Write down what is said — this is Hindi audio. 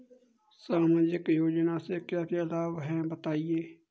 सामाजिक योजना से क्या क्या लाभ हैं बताएँ?